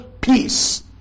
peace